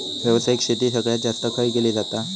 व्यावसायिक शेती सगळ्यात जास्त खय केली जाता?